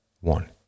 One